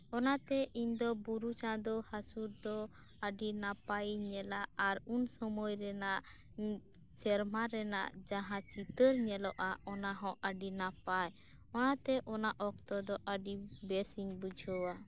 ᱚᱱᱟᱛᱮ ᱤᱧ ᱫᱚ ᱵᱩᱨᱩ ᱪᱟᱸᱫᱳ ᱦᱟᱹᱥᱩᱨ ᱫᱚ ᱟᱹᱰᱤ ᱱᱟᱯᱟᱭᱤᱧ ᱧᱮᱞᱟ ᱟᱨ ᱩᱱ ᱥᱳᱢᱳᱭ ᱨᱮᱱᱟᱜ ᱥᱮᱨᱢᱟ ᱨᱮᱱᱟᱜ ᱡᱟᱦᱟᱸ ᱪᱤᱛᱟᱹᱨ ᱧᱮᱞᱚᱜ ᱟ ᱚᱱᱟᱦᱚᱸ ᱟᱹᱰᱤ ᱱᱟᱯᱟᱭ ᱚᱱᱟᱛᱮ ᱚᱱᱟ ᱚᱠᱛᱚ ᱫᱚ ᱟᱹᱰᱤ ᱵᱮᱥᱤᱧ ᱵᱩᱡᱷᱟᱹᱣᱟ